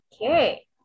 Okay